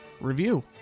review